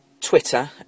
Twitter